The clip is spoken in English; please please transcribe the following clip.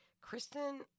Kristen